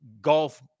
golf